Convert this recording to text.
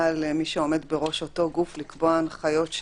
על מי שעומד בראש אותו גוף לקבוע הנחיות?